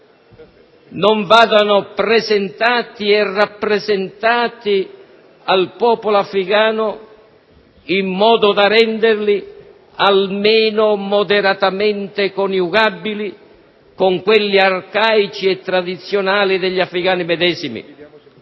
non vadano presentati e rappresentati al popolo africano in modo da renderli almeno moderatamente coniugabili con quelli arcaici e tradizionali degli africani medesimi,